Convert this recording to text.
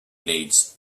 needs